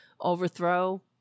overthrow